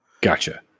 Gotcha